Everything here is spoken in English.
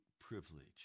privilege